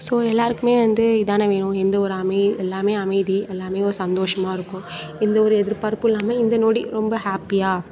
so எல்லோருக்குமே வந்து இதானே வேணும் எந்த ஒரு எல்லாம் அமைதி எல்லாம் ஒரு சந்தோஷமா இருக்கும் எந்த ஒரு எதிர்பார்ப்பும் இல்லாமல் இந்த நொடி ரொம்ப ஹேப்பியாக